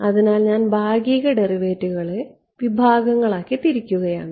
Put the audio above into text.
അതിനാൽ ഞാൻ ഭാഗിക ഡെറിവേറ്റീവുകളെ വിഭാഗങ്ങളാക്കി തിരിച്ചിരിക്കുന്നു